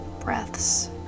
breaths